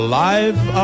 life